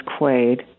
Quaid